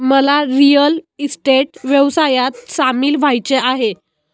मला real estate व्यवसायात सामील व्हायचे आहे